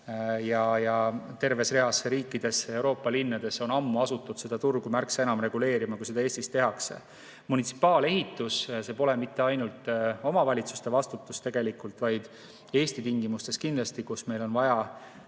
ja terves reas riikides, Euroopa linnades on ammu asutud seda turgu märksa enam reguleerima, kui seda Eestis tehakse. Munitsipaalehitus – see pole mitte ainult omavalitsuste vastutus, vaid Eesti tingimustes, kus meil on vaja